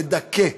לדכא,